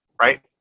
Right